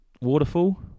Waterfall